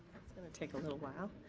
gonna take a little while.